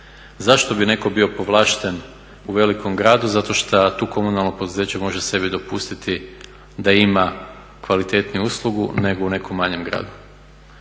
Zašto bi netko bio povlašten u velikom gradu zato šta tu komunalno poduzeće može sebi dopustiti da ima kvalitetniju uslugu nego u nekom manjem gradu.